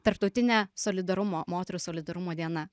tarptautine solidarumo moterų solidarumo diena